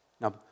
Now